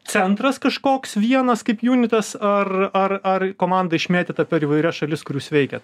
centras kažkoks vienas kaip jūnitas ar ar ar komanda išmėtyta per įvairias šalis kur jūs veikiat